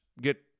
get